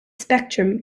spectrum